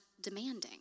demanding